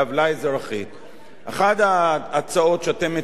אחת ההצעות שאתם מציעים כאן, חבר הכנסת מולה,